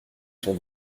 son